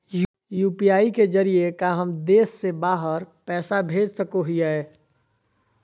UPI के जरिए का हम देश से बाहर पैसा भेज सको हियय?